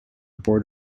board